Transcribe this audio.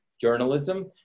journalism